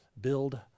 build